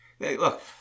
Look